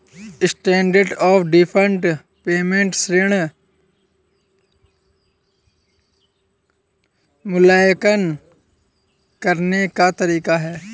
standard of deferred payment ऋण मूल्यांकन करने का तरीका है